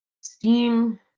STEAM